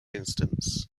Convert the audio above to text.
instance